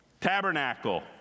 tabernacle